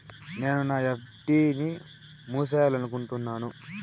నేను నా ఎఫ్.డి ని మూసేయాలనుకుంటున్నాను